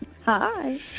Hi